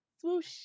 swoosh